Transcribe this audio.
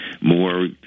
more